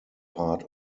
part